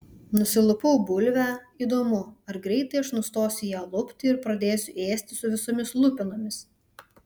nusilupau bulvę įdomu ar greitai aš nustosiu ją lupti ir pradėsiu ėsti su visomis lupenomis